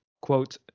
quote